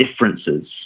differences